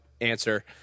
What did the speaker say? answer